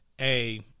A-